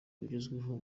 bugezweho